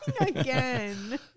again